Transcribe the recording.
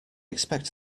expect